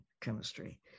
chemistry